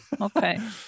Okay